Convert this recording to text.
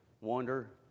wonder